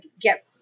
get